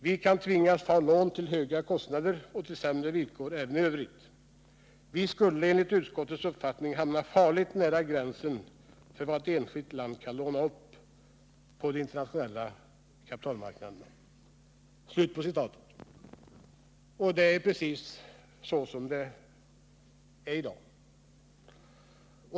Vi kan tvingas ta lån till höga kostnader och till sämre villkor även i övrigt Vi-skulle enligt utskottets uppfattning hamna farligt nära gränsen för vad ett enskilt land kan låna upp på de internationella kapitalmarknaderna.” Precis så förhåller det sig i dag.